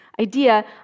idea